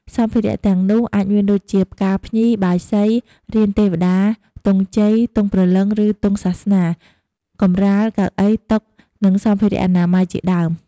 សម្ភារៈទាំងនោះអាចមានដូចជា ផ្កាភ្ញី បាយសី រានទេវតា ទង់ជ័យ ទង់ព្រលឹង ឬទង់សាសនា កម្រាល កៅអី តុ និងសម្ភារៈអនាម័យជាដើម។